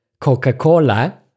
Coca-Cola